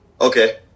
Okay